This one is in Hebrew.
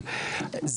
אם זה מקובל עליכם, זה